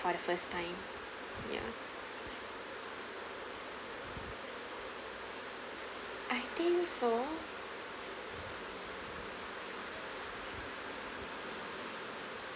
for the first time ya I think so